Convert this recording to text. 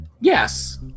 yes